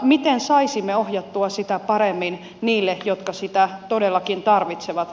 miten saisimme ohjattua sitä paremmin niille jotka sitä todellakin tarvitsevat